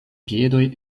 piedoj